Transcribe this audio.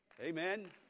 Amen